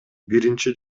биринчи